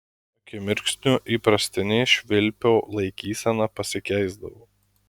akimirksniu įprastinė švilpio laikysena pasikeisdavo